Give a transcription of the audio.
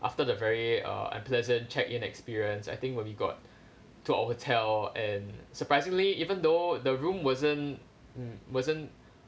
after the very uh unpleasant check-in experience I think where we got to our hotel and surprisingly even though the room wasn't um wasn't